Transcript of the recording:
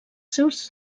seus